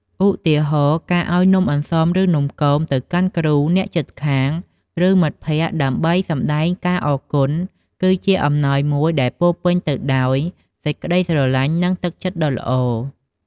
ឧទាហរណ៍ ការឱ្យនំអន្សមឬនំគម ទៅកាន់គ្រូ អ្នកជិតខាង ឬ មិត្តភក្តិដើម្បីសម្ដែងការអរគុណ គឺជាអំណោយមួយដែលពោរពេញទៅដោយសេចក្ដីស្រឡាញ់ និងទឹកចិត្តដ៏ល្អ។